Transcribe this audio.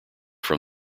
from